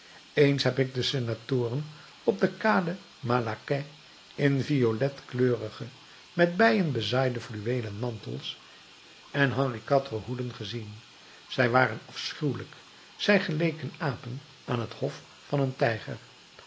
eens heb ik de senatoren op de kade malaquais in violetkleurige met bijen bezaaide fluweelen mantels en henri quatre hoeden gezien zij waren afschuwelijk zij geleken apen aan het hof van den tijger